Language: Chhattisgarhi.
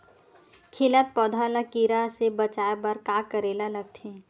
खिलत पौधा ल कीरा से बचाय बर का करेला लगथे?